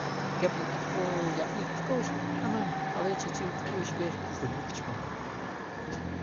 Kople taq k'o yab'il puq k'u'x aman are'chikchi' wuq k'u'x b'eer kjulwik chpom